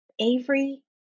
Avery